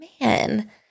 man